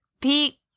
Pete